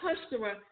customer